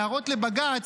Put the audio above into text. להראות לבג"ץ,